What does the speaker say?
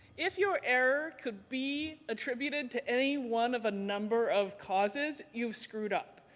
if your error could be attributed to any one of a number of causes, you've screwed up.